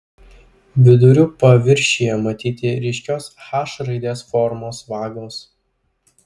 vidurių paviršiuje matyti ryškios h raidės formos vagos